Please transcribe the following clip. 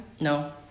No